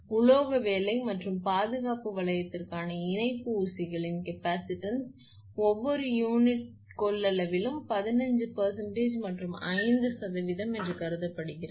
உலோக வேலை மற்றும் பாதுகாப்பு வளையத்திற்கான இணைப்பு ஊசிகளின் கெப்பாசிட்டன்ஸ் ஒவ்வொரு யூனிட்டின் கொள்ளளவிலும் 15 மற்றும் 5 எனக் கருதப்படுகிறது